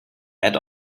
add